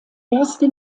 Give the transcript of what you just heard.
erste